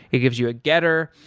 it gives you a getter.